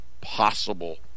possible